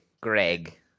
Greg